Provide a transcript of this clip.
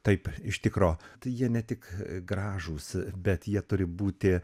taip iš tikro tai jie ne tik gražūs bet jie turi būti